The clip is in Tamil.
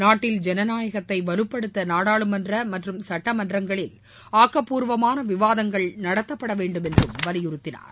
நாட்டில் ஜனநாயகத்தை வலுப்படுத்த நாடாளுமன்றம் மற்றும் சட்டமன்றங்களில் ஆக்கப்பூர்வமான விவாதங்கள் நடத்தப்படவேண்டும் என்றும் வலியுறுத்தினார்